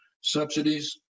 subsidies